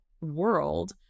world